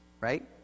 right